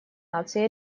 наций